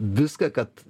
viską kad